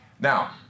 Now